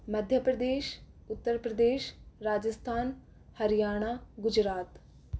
Madhya Pradesh Uttar Pradesh Rajasthan Haryana Gujarat